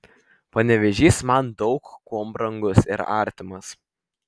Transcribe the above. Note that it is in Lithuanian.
panevėžys man daug kuom brangus ir artimas